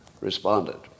responded